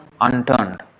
unturned